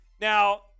Now